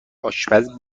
آشپز